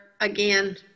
again